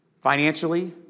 financially